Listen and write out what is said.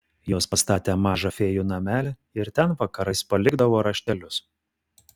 jos pastatė mažą fėjų namelį ir ten vakarais palikdavo raštelius